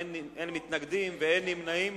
אין מתנגדים ואין נמנעים.